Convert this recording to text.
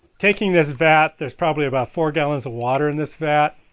taking this vat, there's probably about four gallons of water in this vat